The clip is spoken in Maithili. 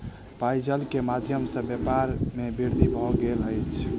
पेयजल के माध्यम सॅ व्यापार में वृद्धि भेल अछि